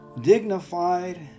dignified